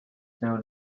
known